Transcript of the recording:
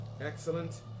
excellent